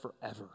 forever